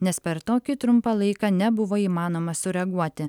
nes per tokį trumpą laiką nebuvo įmanoma sureaguoti